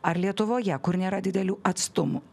ar lietuvoje kur nėra didelių atstumų